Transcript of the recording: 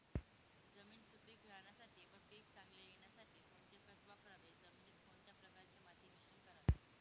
जमीन सुपिक राहण्यासाठी व पीक चांगले येण्यासाठी कोणते खत वापरावे? जमिनीत कोणत्या प्रकारचे माती मिश्रण करावे?